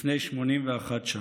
לפני 81 שנה.